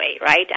right